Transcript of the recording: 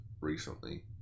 recently